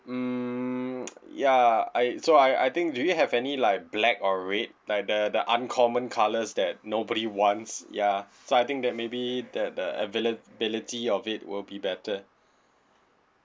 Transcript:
um ya I so I I think do you have any like black or red like the the uncommon colours that nobody wants ya so I think that maybe that the availability of it will be better